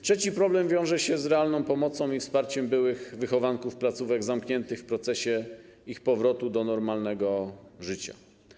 Trzeci problem wiąże się z realną pomocą i wsparciem byłych wychowanków placówek zamkniętych w procesie ich powrotu do normalnego życia.